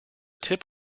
tip